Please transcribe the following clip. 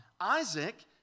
Isaac